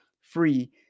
free